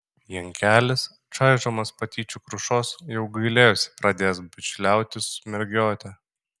jankelis čaižomas patyčių krušos jau gailėjosi pradėjęs bičiuliautis su mergiote